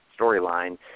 storyline